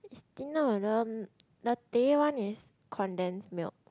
thinner you know no that one is condensed milk